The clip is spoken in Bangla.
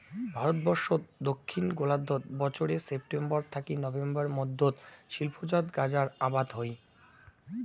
ভারতবর্ষত দক্ষিণ গোলার্ধত বছরে সেপ্টেম্বর থাকি নভেম্বর মধ্যত শিল্পজাত গাঁজার আবাদ হই